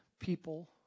People